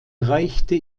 reichte